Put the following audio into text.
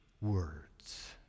words